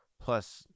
Plus